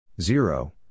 Zero